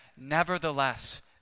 nevertheless